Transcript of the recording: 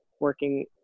working